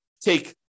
take